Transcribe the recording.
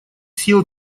съел